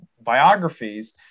biographies